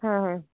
हाँ हाँ